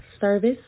service